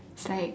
it's like